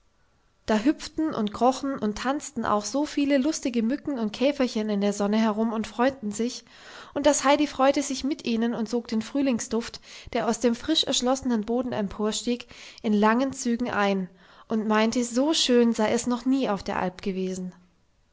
da hüpften und krochen und tanzten auch so viele lustige mücken und käferchen in der sonne herum und freuten sich und das heidi freute sich mit ihnen und sog den frühlingsduft der aus dem frisch erschlossenen boden emporstieg in langen zügen ein und meinte so schön sei es noch nie auf der alp gewesen